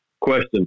Question